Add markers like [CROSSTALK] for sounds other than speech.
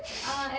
[LAUGHS]